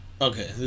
Okay